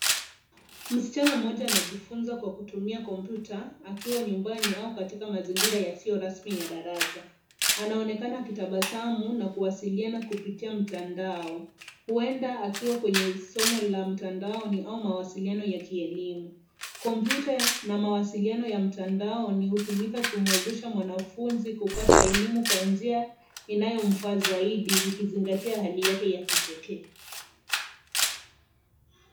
Msichana mmoja anajifunza kwa kutumia kompyuta akiwa nyumbani au katika mazingira yasiyo rasmi ya darasa. Anaonekana akitabasamu na kuwasiliana kupitia mtandao. Huenda akiwa kwenye somo la mtandaoni au ni mawasiliano ya kielimu. Kompyuta na mawasiliano ya mtandao vinatumika kumuwezesha mwanafunzi kupata elimu kwa njia inayomfaa zaidi, ikizingatia hali yake ya kipekee.